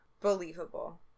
believable